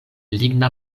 ligna